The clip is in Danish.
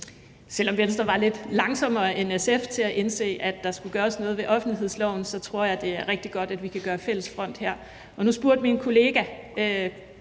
Selv om Venstre var lidt langsommere end SF til at indse, at der skulle gøres noget ved offentlighedsloven, så tror jeg, det er rigtig godt, at vi kan gøre fælles front her, og nu spurgte min kollega